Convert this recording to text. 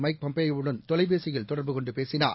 mic பாம்பியோவுடன் தொலைபேசியில் தொடர்பு கொண்டுபேசினார்